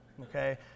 Okay